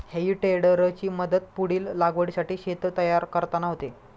हेई टेडरची मदत पुढील लागवडीसाठी शेत तयार करताना होते